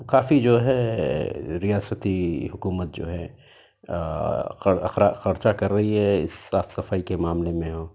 کافی جو ہے ریاستی حکومت جو ہے خرچہ کر رہی ہے اِس صاف صفائی کے معاملے میں ہو